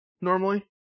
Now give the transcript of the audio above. normally